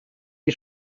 die